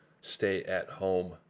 stay-at-home